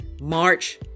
March